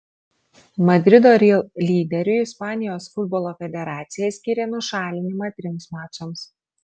madrido real lyderiui ispanijos futbolo federacija skyrė nušalinimą trims mačams